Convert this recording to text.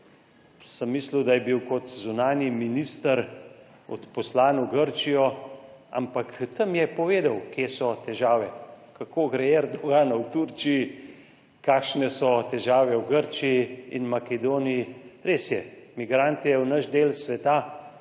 sem mislil, da je bil kot zunanji minister odposlan v Grčijo, ampak tam, je povedal, kje so težave, kako gre Erdoganu v Turčiji, kakšne so težave v Grčiji in Makedoniji. Res je, migranti v naš del sveta,